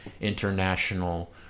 international